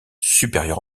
supérieurs